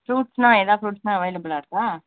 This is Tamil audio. ஃப்ருட்ஸ்னா எல்லா ஃப்ருட்ஸுமே அவைளபிலாக இருக்கா